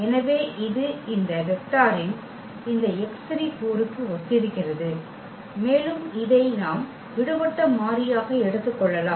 எனவே இது இந்த வெக்டாரின் இந்த x3 கூறுக்கு ஒத்திருக்கிறது மேலும் இதை நாம் விடுபட்ட மாறியாக எடுத்துக் கொள்ளலாம்